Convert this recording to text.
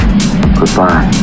Goodbye